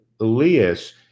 Elias